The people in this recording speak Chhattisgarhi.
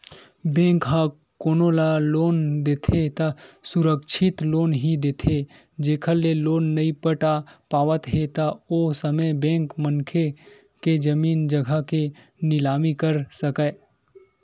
बेंक ह कोनो ल लोन देथे त सुरक्छित लोन ही देथे जेखर ले लोन नइ पटा पावत हे त ओ समे बेंक मनखे के जमीन जघा के निलामी कर सकय